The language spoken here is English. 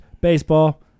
Baseball